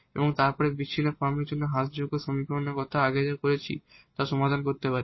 এবং তারপরে আমরা বিচ্ছিন্ন ফর্মের জন্য ইকুয়েশন রিডিউসেবল এর জন্য আগে যা করেছি তা সমাধান করতে পারি